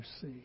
see